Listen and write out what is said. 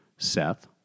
Seth